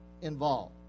involved